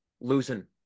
losing